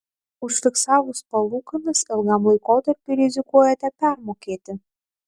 užfiksavus palūkanas ilgam laikotarpiui rizikuojate permokėti